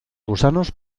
gusanos